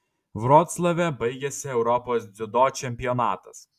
vroclave baigėsi europos dziudo čempionatas